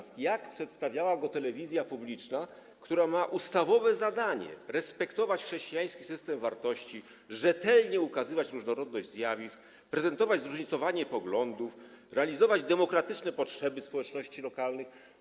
Chodzi o to, jak przedstawiała go telewizja publiczna, która ma ustawowe zadanie respektować chrześcijański system wartości, rzetelnie ukazywać różnorodność zjawisk, prezentować zróżnicowanie poglądów, realizować demokratyczne potrzeby społeczności lokalnych.